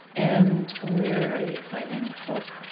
and where are you finding hope?